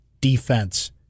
defense